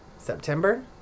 September